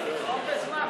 תתחם בזמן,